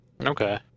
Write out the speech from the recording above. Okay